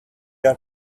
are